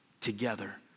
together